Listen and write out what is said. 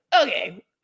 okay